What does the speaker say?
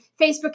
Facebook